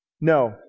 No